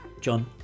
John